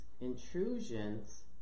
intrusions